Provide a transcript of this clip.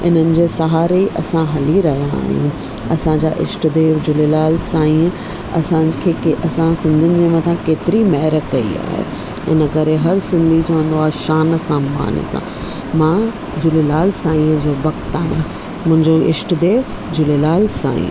इन्हनि जे सहारे असां हली रहिया आहियूं असांजा इष्ट देव झूलेलाल साईंअ असांखे असां सिंधियुनि जे मथां केतिरी महिर कई आहे इन करे हरु सिंधी चवंदो आहे शान सां मान सां मां झूलेलाल साईंअ जो भक्त आहियां मुंहिंजो इष्ट देव झूलेलाल साईं आहे